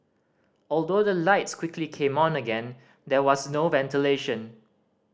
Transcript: although the lights quickly came on again there was no ventilation